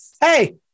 hey